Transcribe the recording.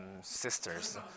sisters